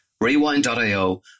Rewind.io